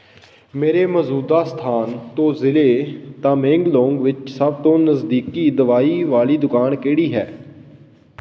ਮੇਰੇ ਮੌਜੂਦਾ ਸਥਾਨ ਤੋਂ ਜ਼ਿਲ੍ਹੇ ਤਾਮੇਂਗਲੋਂਗ ਵਿੱਚ ਸਭ ਤੋਂ ਨਜ਼ਦੀਕੀ ਦਵਾਈ ਵਾਲੀ ਦੁਕਾਨ ਕਿਹੜੀ ਹੈ